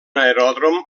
aeròdrom